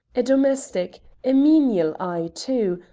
a domestic a menial eye too,